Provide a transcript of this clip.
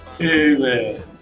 Amen